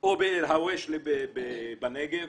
או בעוושלה בנגב,